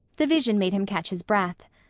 the vision made him catch his breath.